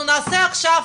אנחנו נעשה עכשיו,